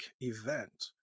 event